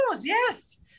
yes